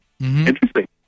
Interesting